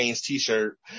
t-shirt